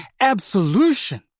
absolution